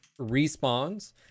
respawns